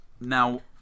Now